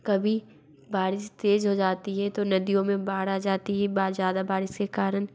कभी बारिश तेज़ हो जाती है तो नदियों में बाढ़ आ जाती है बा ज़्यादा बारिश के कारण